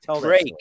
Drake